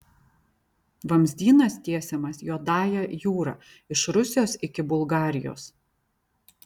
vamzdynas tiesiamas juodąja jūra iš rusijos iki bulgarijos